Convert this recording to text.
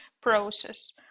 process